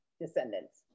descendants